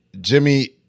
Jimmy